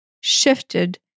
shifted